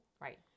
Right